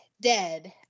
dead